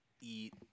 eat